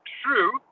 true